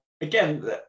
again